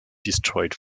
destroyed